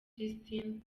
christine